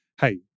hey